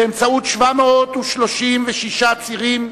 באמצעות 736 צירים,